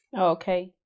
okay